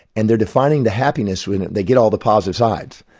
and they're defining the happiness wherein they get all the positive side.